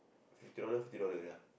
fifty dollars fifty dollars ya